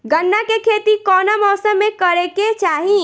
गन्ना के खेती कौना मौसम में करेके चाही?